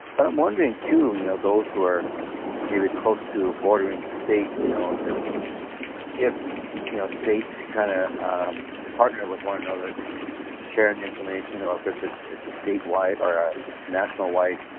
but i'm wondering, too, you know those who are maybe close to bordering states you know if if you know states kind of partner with one another, and sharing information or if it's and a state-wide or ah national-wide